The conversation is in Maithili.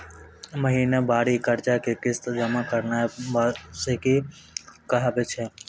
महिनबारी कर्जा के किस्त जमा करनाय वार्षिकी कहाबै छै